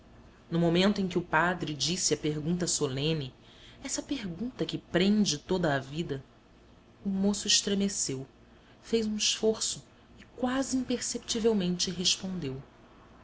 no momento em que o padre disse a pergunta solene essa pergunta que prende toda a vida o moço estremeceu fez um esforço e quase imperceptivelmente respondeu